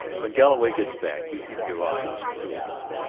when galloway gets back you keep your eye on the two of them.